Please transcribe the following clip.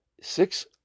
six